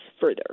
further